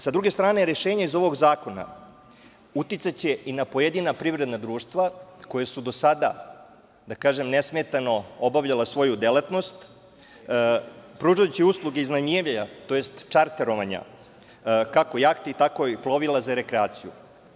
Sa druge strane, rešenje iz ovog zakona uticaće i na pojedina privredna društva koja su do sada, da kažem, nesmetano obavljala svoju delatnost pružajući usluge iznajmljivanja, tj. čarterovanja kako jahti, tako i plovila za rekreaciju.